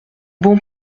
bon